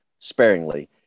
Sparingly